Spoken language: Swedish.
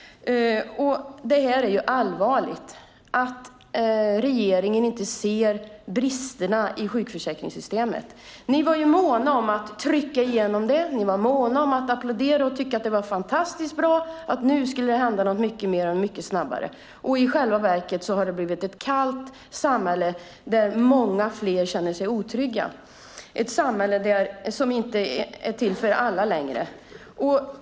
Det är allvarligt att regeringen inte ser bristerna i sjukförsäkringssystemet. Ni var måna om att trycka igenom det. Ni var måna om att applådera det och tycka att det var fantastiskt bra. Nu skulle det hända mycket och snabbt. Men i själva verket blev det ett kallt samhälle där många fler känner sig otrygga. Det blev ett samhälle som inte längre är till för alla.